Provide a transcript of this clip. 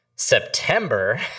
September